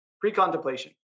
pre-contemplation